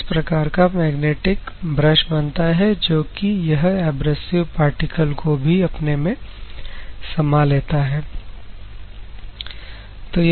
तो इस प्रकार का मैग्नेटिक ब्रश बनता है जो कि यह एब्रेसिव पार्टिकल को भी अपने में समा लेता है